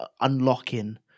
unlocking